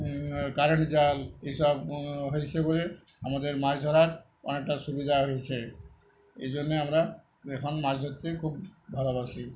current জাল এসব হয়েছে বলে আমাদের মাছ ধরার অনেকটা সুবিধা হয়েছে এই জন্যে আমরা এখন মাছ ধরতে খুব ভালোবাসি